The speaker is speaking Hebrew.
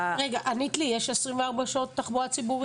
יש 24 שעות תחבורה ציבורית?